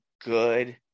good